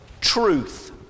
truth